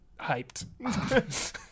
hyped